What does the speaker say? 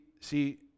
see